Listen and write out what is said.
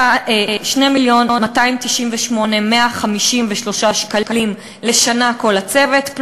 2 מיליון ו-298,153 שקלים לשנה כל הצוות,